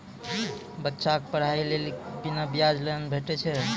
बच्चाक पढ़ाईक लेल बिना ब्याजक लोन भेटै छै?